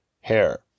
hair